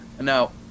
Now